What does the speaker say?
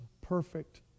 perfect